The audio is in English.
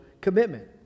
commitment